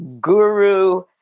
guru